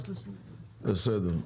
בסדר.